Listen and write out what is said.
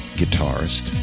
guitarist